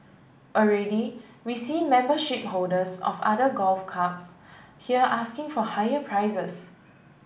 already we see membership holders of other golf clubs here asking for higher prices